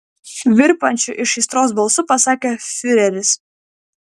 virpančiu iš aistros balsu pasakė fiureris